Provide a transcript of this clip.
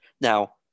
now